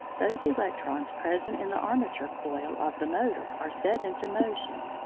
those electrons present in the armature coil of the motor are set into motion,